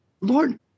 Lord